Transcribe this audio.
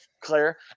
clear